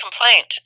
complaint